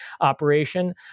operation